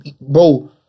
Bro